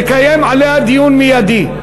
נקיים עליה דיון מיידי.